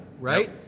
right